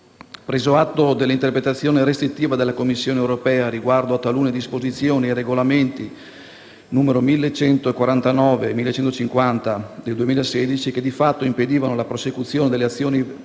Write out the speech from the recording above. Preso atto dell'interpretazione restrittiva della Commissione europea riguardo a talune disposizioni dei regolamenti n. 1149 del 2016 e n. 1150 del 2016 (che, di fatto, impedivano la prosecuzione delle azioni